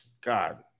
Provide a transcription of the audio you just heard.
God